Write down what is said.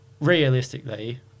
realistically